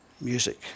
Music